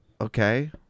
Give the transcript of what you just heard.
Okay